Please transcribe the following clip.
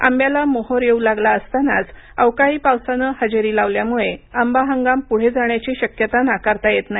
आंब्याला मोहोर येऊ लागला असतानाच अवकाळी पावसानं हजेरी लावल्यामुळे आंबा हगाम पुढे जाण्याची शक्यता नाकारता येत नाही